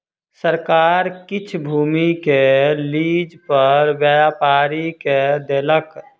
सरकार किछ भूमि के लीज पर व्यापारी के देलक